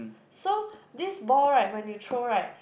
so this ball right when you throw right